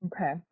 okay